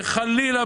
שחלילה,